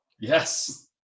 Yes